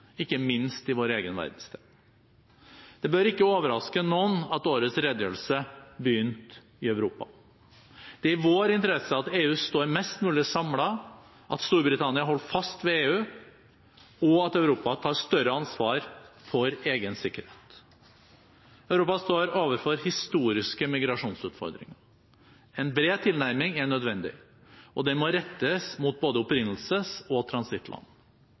ikke minst i vår egen verdensdel. Det bør ikke overraske noen at årets redegjørelse begynte i Europa. Det er i vår interesse at EU står mest mulig samlet, at Storbritannia holder fast ved EU, og at Europa tar større ansvar for egen sikkerhet. Europa står overfor historiske migrasjonsutfordringer. En bred tilnærming er nødvendig, og det må rettes mot både opprinnelses- og transittland.